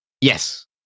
Yes